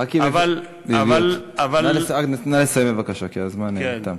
נא לסיים, בבקשה, כי הזמן תם.